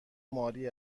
ماری